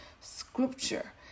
scripture